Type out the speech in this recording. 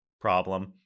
problem